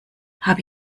habe